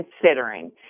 considering